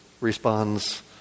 responds